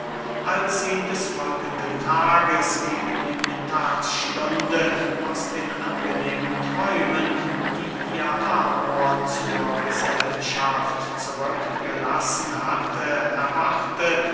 als sie des folgenden tages gegen die mittagsstunde aus den angenehmen träumen die ihr amor zur gesellschaft zurückgelassen hatte erwachte